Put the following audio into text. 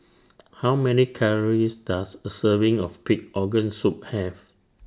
How Many Calories Does A Serving of Pig Organ Soup Have